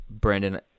Brandon